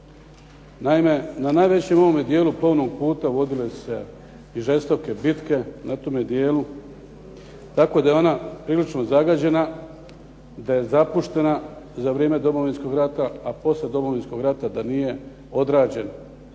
na najvećem dijelu plovnog puta vodile su se žestoke bitke na tome dijelu tako da je ona prilično zagađena, da je zapuštena za vrijeme Domovinskog rata a poslije Domovinskog rata da nije odrađen,